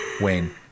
Wayne